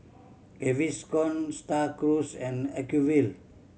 Gaviscon Star Cruise and Acuvue